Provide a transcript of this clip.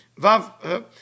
Vav